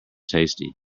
tasty